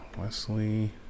Wesley